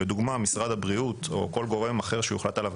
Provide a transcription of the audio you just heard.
לדוגמה משרד הבריאות או כל גורם אחר שיוחלט עליו,